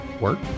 work